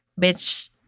bitch